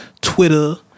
Twitter